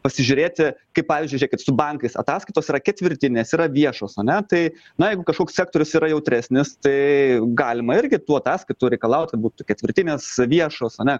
pasižiūrėti kaip pavyzdžiui žėkit su bankais ataskaitos yra ketvirtinės yra viešos ane tai na jeigu kažkoks sektorius yra jautresnis tai galima irgi tų ataskaitų reikalaut kad būtų ketvirtinės viešos ane